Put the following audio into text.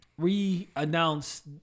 re-announce